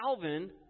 Calvin